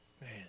Man